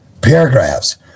paragraphs